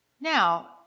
Now